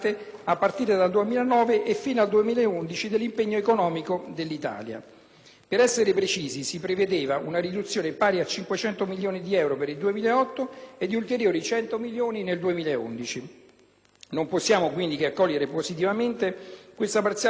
Per essere precisi, si prevedeva una riduzione pari a 500 milioni di euro per il 2008 e di ulteriori 100 milioni nel 2011. Non possiamo, quindi, che accogliere positivamente questa parziale inversione di rotta che riduce il taglio ignominioso stabilito a dicembre.